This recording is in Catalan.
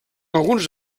alguns